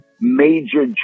major